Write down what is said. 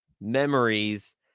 memories